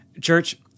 Church